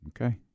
okay